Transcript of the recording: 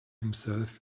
himself